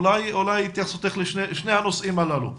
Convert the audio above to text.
אולי התייחסותך לשני הנושאים הללו.